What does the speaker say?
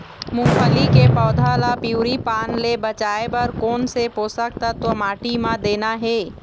मुंगफली के पौधा ला पिवरी पान ले बचाए बर कोन से पोषक तत्व माटी म देना हे?